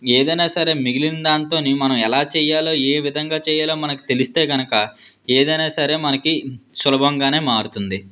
ఏదైనా సరే మిగిలిన దానితోనే మనం ఎలా చెయ్యలో ఏ విధంగా చెయ్యాలో మనకి తెలిస్తే కనుక ఏదైనా సరే మనకి సులభంగానే మారుతుంది